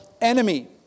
enemy